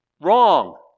Wrong